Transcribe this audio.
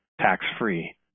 tax-free